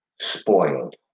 spoiled